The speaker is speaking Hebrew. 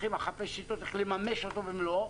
צריכים לחפש שיטות איך לממש אותו במלואו,